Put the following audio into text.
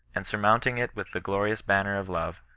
and surmounting it with the glorious banner of love,